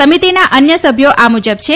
સમિતિના અન્ય સભ્યો આ મુજબ છે